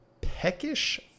Peckish